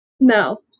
No